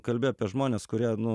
kalbi apie žmones kurie nu